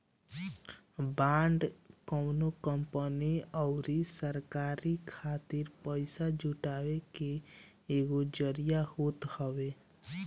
bond कवनो company अउरी सरकार खातिर पईसा जुटाए के एगो जरिया होत हवे